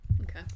Okay